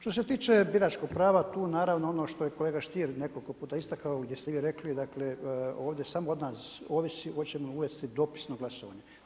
Što se tiče biračkog prava tu naravno ono što je kolega Stier nekoliko puta istakao gdje ste i vi rekli, dakle ovdje samo od nas ovisi hoćemo li uvesti dopisno glasovanje.